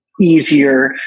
easier